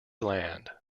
land